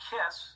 Kiss